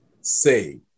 say